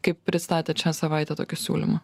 kaip pristatėt šią savaitę tokį siūlymą